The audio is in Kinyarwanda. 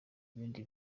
n’ibindi